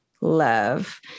love